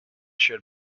shared